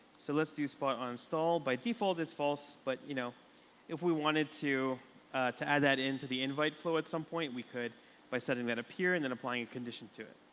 so let's do spot on install, by default is false. but you know if we wanted to to add that into the invite flow at some point, we could by setting that up here and then applying a condition to it.